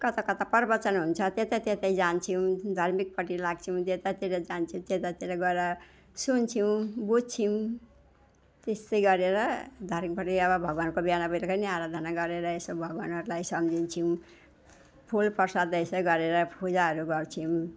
कता कता प्रवचन हुन्छ त्यता त्यतै जान्छौँ धार्मिकपट्टि लाग्छौँ त्यता त्यता जान्छौँ त्यतातिर गएर सुन्छौँ बुझ्छौँ त्यस्तै गरेर धर्मपट्टि अब भगवानको बिहान बेलुका नै आराधना गरेर यसो भगवानहरूलाई सम्झिन्छौँ फुल प्रसादहरू यसै गरेर पूजाहरू गर्छौँ